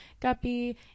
guppy